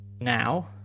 now